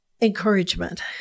encouragement